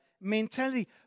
mentality